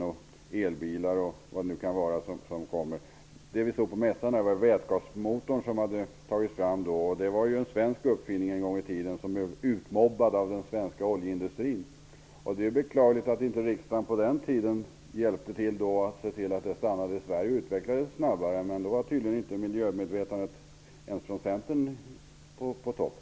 På mässan kunde vi se att man hade tagit fram vätgasmotorn, som en gång i tiden var en svensk uppfinning och som utmobbades av den svenska oljeindustrin. Det är beklagligt att inte riksdagen på den tiden hjälpte till för att se till att vätgasmotorn stannade i Sverige och att den utvecklades snabbare. Men då var tydligen inte miljömedvetandet ens i Centern på topp.